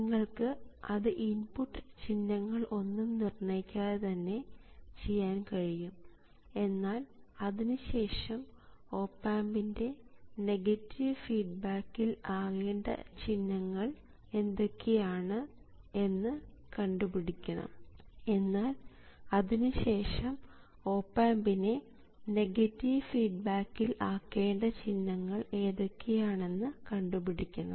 നിങ്ങൾക്ക് അത് ഇൻപുട്ട് ചിഹ്നങ്ങൾ ഒന്നും നിർണ്ണയിക്കാതെ തന്നെ ചെയ്യാൻ കഴിയും എന്നാൽ അതിനു ശേഷം ഓപ് ആമ്പിനെ നെഗറ്റീവ് ഫീഡ്ബാക്കിൽ ആക്കേണ്ട ചിഹ്നങ്ങൾ ഏതൊക്കെയാണെന്ന് കണ്ടുപിടിക്കണം